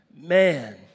man